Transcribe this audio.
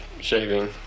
shaving